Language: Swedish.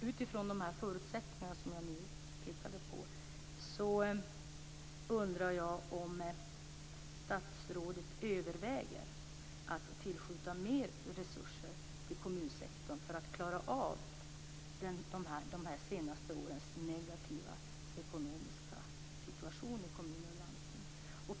Utifrån de förutsättningar som jag pekade på undrar jag om statsrådet överväger att tillskjuta mer resurser till kommunsektorn för att den skall klara av de senaste årens negativa ekonomiska situation i kommuner och landsting.